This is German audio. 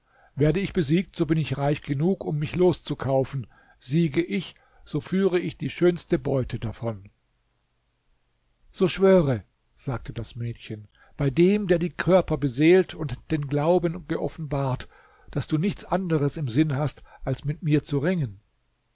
werde ich besiegt so bin ich reich genug um mich loszukaufen siege ich so führe ich die schönste beute davon so schwöre sagte das mädchen bei dem der die körper beseelt und den glauben geoffenbart daß du nichts anderes im sinne hast als mit mir zu ringen